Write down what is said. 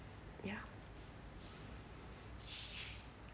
ya